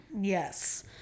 yes